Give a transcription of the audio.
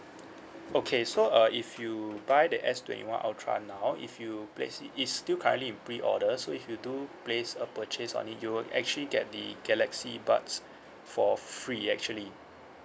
okay so uh if you buy the S twenty one ultra now if you place it it's still currently in pre-order so if you do place a purchase on it you will actually get the galaxy buds for free actually